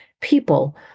people